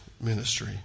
ministry